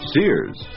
Sears